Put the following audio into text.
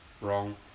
Wrong